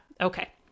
Okay